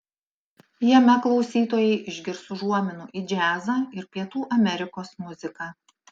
jame klausytojai išgirs užuominų į džiazą ir pietų amerikos muziką